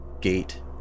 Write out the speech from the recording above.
gate